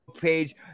page